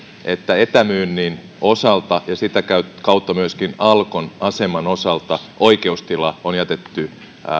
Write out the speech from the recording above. että etämyynnin osalta ja sitä kautta myöskin alkon aseman osalta oikeustila on jätetty